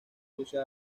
rusia